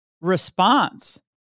response